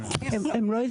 הם לא הסבירו.